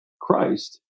Christ